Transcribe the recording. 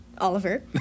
Oliver